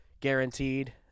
guaranteed